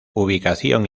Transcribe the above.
ubicación